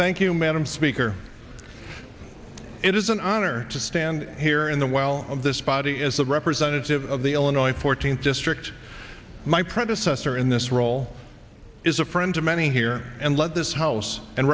thank you madam speaker it is an honor to stand here in the well of this body is a representative of the illinois fourteenth district my predecessor in this role is a friend to many here and love this house and